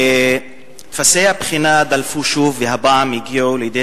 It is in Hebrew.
טופסי הבחינה דלפו שוב והפעם הגיעו לידי